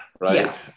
right